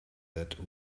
that